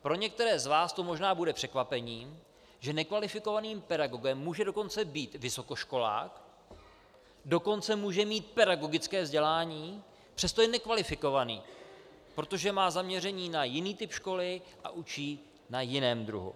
Pro některé z vás to možná bude překvapení, že nekvalifikovaným pedagogem může dokonce být vysokoškolák, dokonce může mít pedagogické vzdělání, přesto je nekvalifikovaný, protože má zaměření na jiný typ školy a učí na jiném druhu.